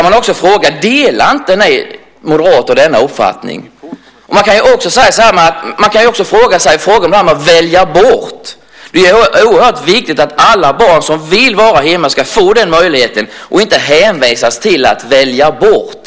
Delar inte ni moderater denna uppfattning? Det ställdes en fråga om att välja bort. Det är oerhört viktigt att alla barn som vill vara hemma ska få den möjlighet och inte hänvisas till att välja bort.